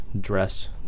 dress